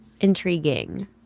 intriguing